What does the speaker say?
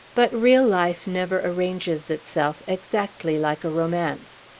but real life never arranges itself exactly like a romance.